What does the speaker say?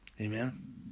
Amen